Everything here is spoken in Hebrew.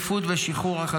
ליבם.